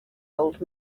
old